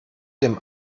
dem